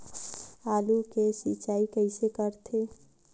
आलू के सिंचाई कइसे होथे?